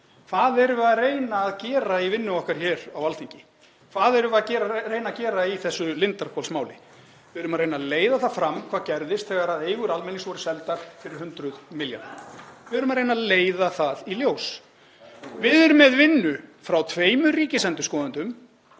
Hvað erum við að reyna að gera í vinnu okkar hér á Alþingi? Hvað erum við að reyna að gera í þessu Lindarhvolsmáli? Við erum að reyna að leiða það fram hvað gerðist þegar eigur almennings voru seldar fyrir hundruð milljarða. Við erum að reyna að leiða það í ljós. Við erum með vinnu frá tveimur ríkisendurskoðendum.